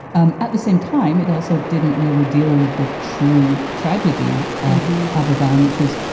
um at the same time, it also didn't really deal with the true tragedy of aberfan, which was,